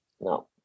No